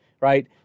right